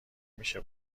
میشه